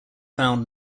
found